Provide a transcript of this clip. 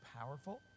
powerful